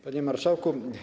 Panie Marszałku!